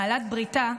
בעלת בריתה,